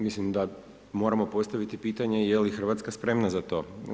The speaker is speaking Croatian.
Mislim da moramo postaviti pitanje, je li Hrvatska spremna za to.